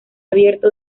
abierto